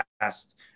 asked